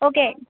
okay